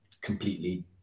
completely